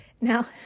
Now